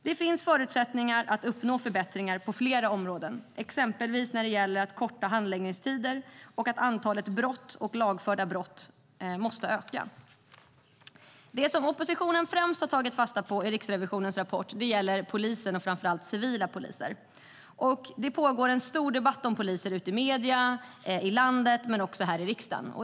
Det finns förutsättningar att uppnå förbättringar på flera områden, exempelvis när det gäller att korta handläggningstider och att antalet uppklarade och lagförda brott måste öka. Det som oppositionen främst har tagit fasta på i Riksrevisionens rapport gäller polisen och framför allt civilanställda inom polisen. Det pågår en debatt om polisen i medierna, i landet men också här i riksdagen.